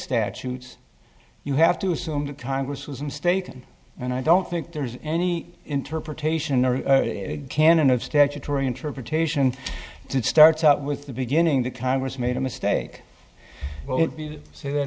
statutes you have to assume that congress was mistaken and i don't think there's any interpretation or canon of statutory interpretation it starts out with the beginning that congress made a mistake well say that